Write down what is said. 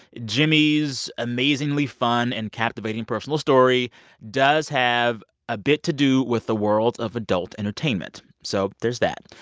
jimmy's amazingly fun and captivating personal story does have a bit to do with the world of adult entertainment. so there's that.